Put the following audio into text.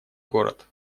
город